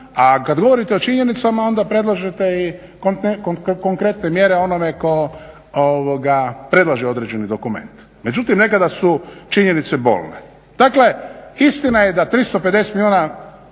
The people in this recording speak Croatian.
a kad govorite o činjenicama onda predlažete i konkretne mjere onome tko predlaže određeni dokument. Međutim, nekada su činjenice bolne. Dakle, istina je da 350 milijuna